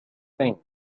thing